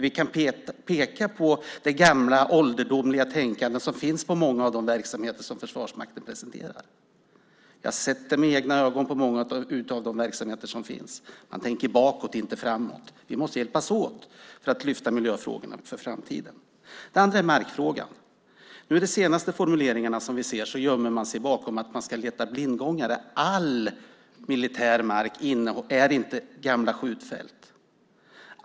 Då kan vi peka på det gamla, ålderdomliga tänkande som finns i många av de verksamheter som Försvarsmakten presenterar. Jag har sett det med egna ögon i många av de verksamheter som finns. Man tänker bakåt, inte framåt. Vi måste hjälpas åt för att lyfta upp miljöfrågorna för framtiden. Det andra frågan är markfrågan. I de senaste formuleringarna gömmer man sig bakom att man ska leta blindgångare. All militär mark är inte gamla skjutfält.